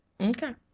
Okay